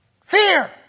fear